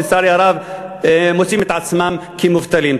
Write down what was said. שלצערי הרב מוצאים את עצמם מובטלים.